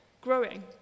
growing